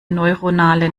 neuronale